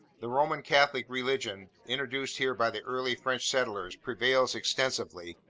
the roman catholic religion, introduced here by the early french settlers, prevails extensively.